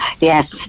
Yes